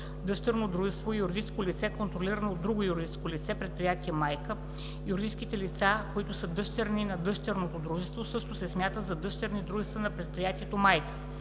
„Дъщерно дружество“ е юридическо лице, контролирано от друго юридическо лице (предприятие майка); юридическите лица, които са дъщерни на дъщерното дружество, също се смятат за дъщерни дружества на предприятието майка.